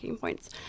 points